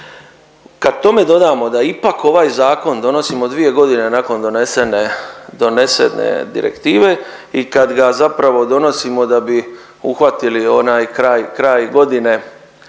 Kad tome dodamo da ipak ovaj zakon donosimo dvije godine nakon donesene, donesene direktive i kad ga zapravo donosimo da bi uhvatili onaj kraj,